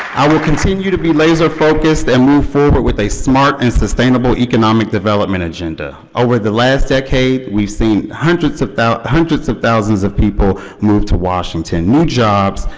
i will continue to be laser focused and move forward with a smart and sustainable economic development agenda. over the last decade, we have seen hundreds of hundreds of thousands of people move to washington, new jobs,